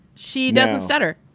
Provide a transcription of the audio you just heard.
she doesn't stutter.